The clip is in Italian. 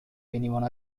venivano